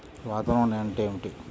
వాతావరణం అంటే ఏమిటి?